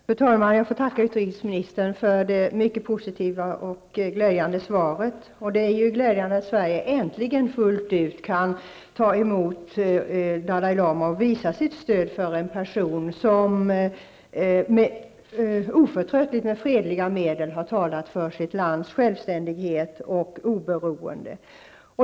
Fru talman! Jag får tacka utrikesministern för det mycket positiva svaret. Det är glädjande att Sverige äntligen fullt ut kan ta emot Dalai Lama och visa sitt stöd för en person som oförtröttligt, med fredliga medel har talat för sitt lands självständighet och oberoende.